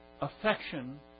affection